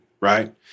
right